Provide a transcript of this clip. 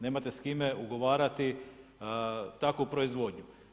Nemate s kime ugovarati takvu proizvodnju.